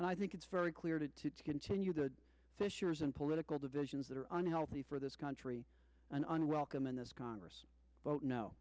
and i think it's very clear to to continue the fissures and political divisions that are unhealthy for this country and unwelcome in this congress but no